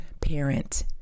parent